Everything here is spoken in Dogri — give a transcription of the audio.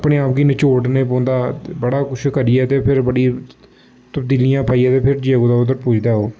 अपने आप गी निचोड़ने पौंदा ते बड़ा कुछ करियै ते फिर बड़ियां तब्दीलियां पाइयै फिर जाइयै कुतै पुजदा ओह्